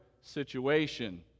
situation